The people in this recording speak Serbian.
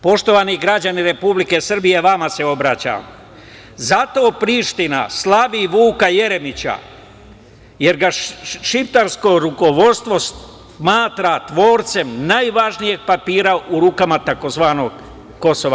Poštovani građani Republike Srbije, vama se obraćam, zato Priština slavi Vuka Jeremića, jer ga šiptarsko rukovodstvo smatra tvorcem najvažnijeg papira u rukama tzv. Kosova.